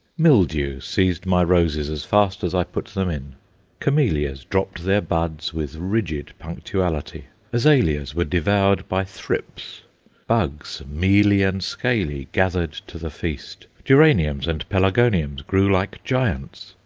mildew seized my roses as fast as i put them in camellias dropped their buds with rigid punctuality azaleas were devoured by thrips bugs, mealy and scaly, gathered to the feast geraniums and pelargoniums grew like giants,